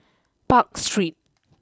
Park Street